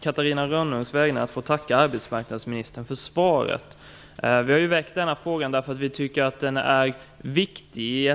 Då Catarina Rönnung, som framställt frågan, anmält att hon var förhindrad att närvara vid sammanträdet, medgav talmannen att Martin Nilsson i stället fick delta i överläggningen.